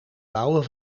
bouwen